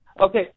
Okay